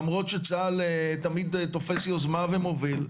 למרות שצה"ל תמיד תופס יוזמה ומוביל,